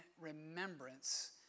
remembrance